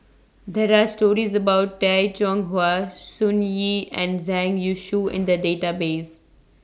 There Are stories about Tay Chong Hai Sun Yee and Zhang Youshuo in The Database